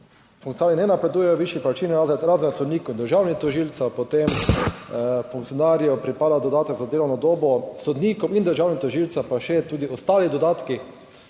funkciji ne napredujejo v višji plačilni razred, razen sodnikov in državnih tožilcev, potem funkcionarjem pripada dodatek za delovno dobo, sodnikom in državnim tožilcem pa še tudi ostali dodatki.